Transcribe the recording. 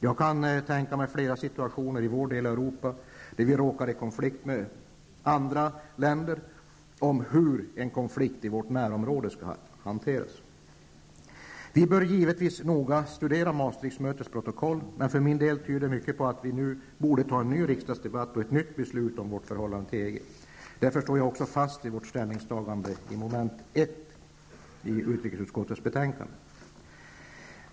Jag kan tänka mig flera situationer i vår del av Europa, där vi råkar i konflikt med övriga europeiska länder om hur en konflikt i vårt närområde skall hanteras. Vi bör givetvis noga studera Maastrichtmötets protokoll, men för min del drar jag den slutsatsen att mycket tyder på att vi nu borde ha en ny riksdagsdebatt och fatta ett nytt beslut om vårt förhållande till EG. Därför står jag också fast vid vårt ställningstagande i mom. 1 i utrikesutskottets betänkande.